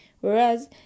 Whereas